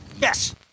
Yes